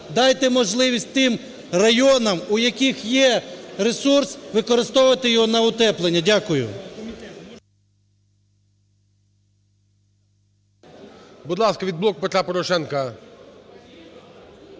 Дайте можливість тим районам, у яких є ресурс використовувати його на утеплення. Дякую.